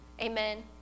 Amen